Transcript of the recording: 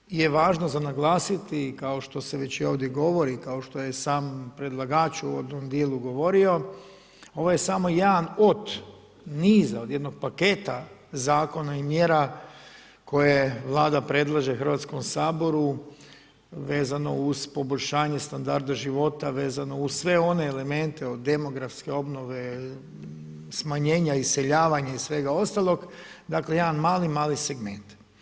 Ono što je važno za naglasiti i kao što se već i ovdje govori, kao što je sam predlagač u uvodnom dijelu govorio, ovo je samo jedan od niza od jednog paketa zakona i mjera koje Vlada predlaže Hrvatskom saboru vezano uz poboljšanje standarda života, vezano uz sve one elemente od demografske obnove, smanjenja iseljavanja i svega ostalog dakle jedan mali, mali segment.